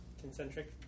Concentric